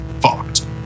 fucked